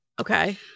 Okay